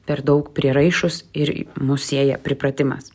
per daug prieraišūs ir mus sieja pripratimas